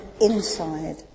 inside